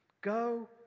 Go